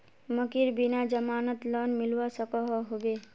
मकईर बिना जमानत लोन मिलवा सकोहो होबे?